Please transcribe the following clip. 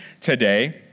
today